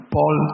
Paul